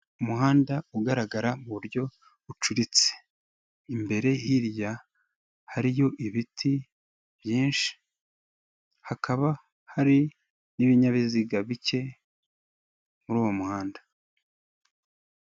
Umuhanda ugaragara mu buryo bucuritse; imbere hirya hariyo ibiti byinshi, hakaba hari n'ibinyabiziga bike muri uwo muhanda.